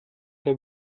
der